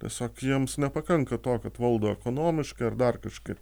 tiesiog jiems nepakanka to kad valdo ekonomiškai ar dar kažkaip